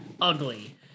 ugly